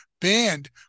banned